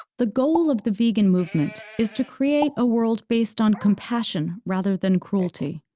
the goal of the vegan movement is to create a world based on compassion rather than cruelty,